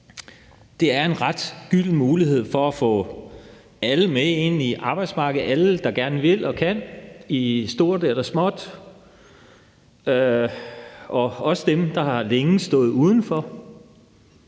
Det er en ret gylden mulighed for at få alle med ind på arbejdsmarkedet. Det gælder alle, der gerne vil og kan, i stort eller småt, og også dem, der længe har stået udenfor.